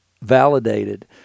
validated